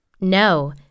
No